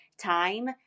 time